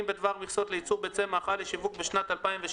בדבר מכסות לייצור ביצי מאכל לשיווק בשנת 2020)